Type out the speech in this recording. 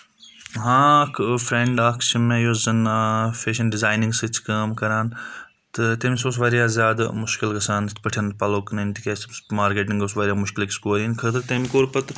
ہاں فرٛؠنٛڈ اَکھ چھِ مےٚ یۄس زَن فیشَن ڈِزاینِنٛگ سۭتۍ چھِ کٲم کَران تہٕ تٔمِس اوس واریاہ زیادٕ مُشکل گژھان یِتھ پٲٹھۍ پَلو کٕنٕنۍ تِکیازِ تٔمۍ سُہ مارکیٹِنٛگ اوس واریاہ مُشکل أکِس کورِ ہِنٛدۍ خٲطرٕ تٔمۍ کوٚر پَتہٕ